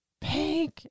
Pink